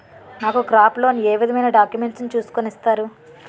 నాకు crop loan ఏ విధమైన డాక్యుమెంట్స్ ను చూస్కుని ఇస్తారు?